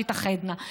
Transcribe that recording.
תתאחדנה.